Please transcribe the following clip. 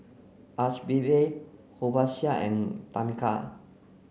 Archibald Horacio and Tamica